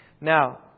Now